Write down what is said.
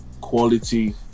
quality